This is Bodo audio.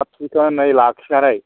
साब सिखोनै लाखिनानै